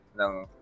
ng